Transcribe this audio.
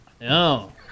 No